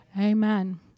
amen